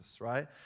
right